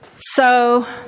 so